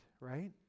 right